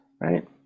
right